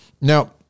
Now